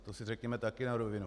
To si řekněme také na rovinu.